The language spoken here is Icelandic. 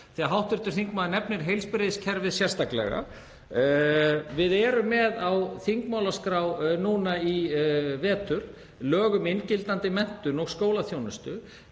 vinna að. Hv. þingmaður nefnir heilbrigðiskerfið sérstaklega. Við erum með á þingmálaskrá núna í vetur lög um inngildandi menntun og skólaþjónustu